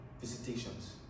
visitations